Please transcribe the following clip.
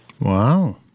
Wow